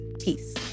Peace